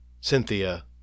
Cynthia